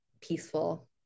peaceful